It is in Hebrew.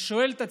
ושואל את עצמי: